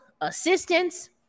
assistance